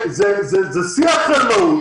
זה שיא החלמאות,